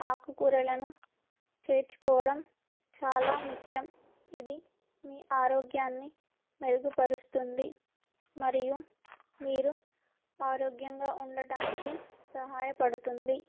ఆకుకూరలను చేర్చుకోవడం చాలా ముఖ్యం ఇది మీ ఆరోగ్యాన్ని మెరుగుపరుస్తుంది మరియు మీరు ఆరోగ్యంగా ఉండటానికి సహాయపడుతుంది